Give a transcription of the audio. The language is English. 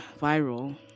viral